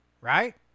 Right